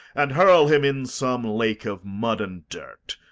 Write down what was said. and hurl him in some lake of mud and dirt.